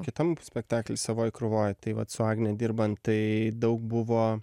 kitam spektakly savoj krūvoj tai vat su agne dirbant tai daug buvo